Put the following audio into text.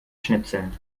schnipseln